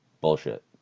Bullshit